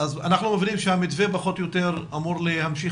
אנחנו מבינים שהמתווה פחות או יותר אמור להמשיך